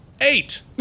Eight